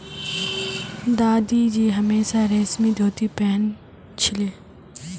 दादाजी हमेशा रेशमी धोती पह न छिले